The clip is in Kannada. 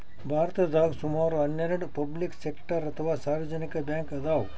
ಭಾರತದಾಗ್ ಸುಮಾರ್ ಹನ್ನೆರಡ್ ಪಬ್ಲಿಕ್ ಸೆಕ್ಟರ್ ಅಥವಾ ಸಾರ್ವಜನಿಕ್ ಬ್ಯಾಂಕ್ ಅದಾವ್